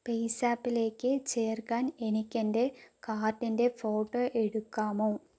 പേയ്സാപ്പിലേക്ക് ചേർക്കാൻ എനിക്ക് എൻ്റെ കാർഡിൻ്റെ ഫോട്ടോ എടുക്കാമോ